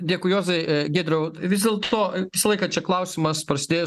dėkui juozai giedriau vis dėlto visą laiką čia klausimas prasidėjus